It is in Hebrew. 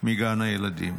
מגן הילדים.